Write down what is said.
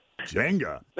Jenga